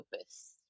opus